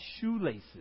shoelaces